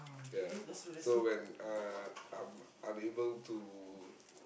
ya so when uh I'm unable to